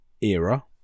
era